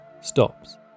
stops